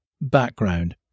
background